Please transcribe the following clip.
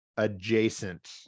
adjacent